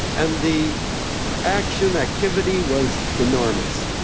and the action, activity, was enormous.